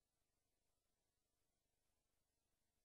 אדוני,